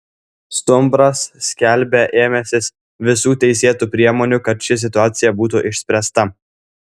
stumbras skelbia ėmęsis visų teisėtų priemonių kad ši situacija būtų išspręsta